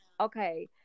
Okay